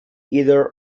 either